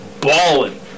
balling